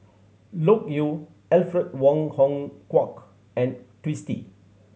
Loke Yew Alfred Wong Hong Kwok and Twisstii